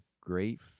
great